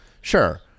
sure